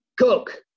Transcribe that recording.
Coke